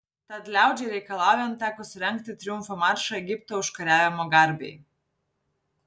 tad liaudžiai reikalaujant teko surengti triumfo maršą egipto užkariavimo garbei